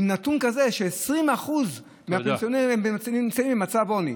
נתון כזה ש-20% נמצאים במצב עוני.